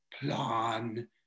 plan